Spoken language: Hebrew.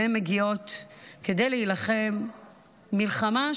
הן מגיעות כדי להילחם מלחמה,